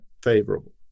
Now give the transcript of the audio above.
favorable